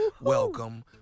Welcome